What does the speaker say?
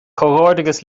comhghairdeas